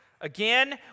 Again